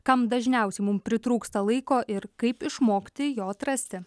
kam dažniausiai mum pritrūksta laiko ir kaip išmokti jo atrasti